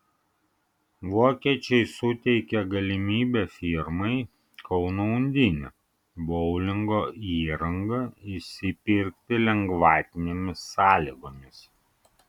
vokiečiai suteikė galimybę firmai kauno undinė boulingo įrangą išsipirkti lengvatinėmis sąlygomis